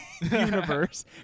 universe